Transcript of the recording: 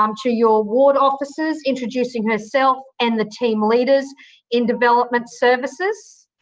um to your ward officers, introducing herself and the team leaders in development services.